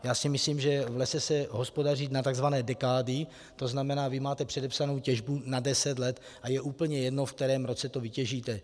Já si myslím, že v lese se hospodaří na tzv. dekády, to znamená, vy máte předepsanou těžbu na deset let a je úplně jedno, ve kterém roce to vytěžíte.